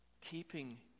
keeping